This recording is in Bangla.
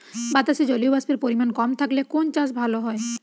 বাতাসে জলীয়বাষ্পের পরিমাণ কম থাকলে কোন চাষ ভালো হয়?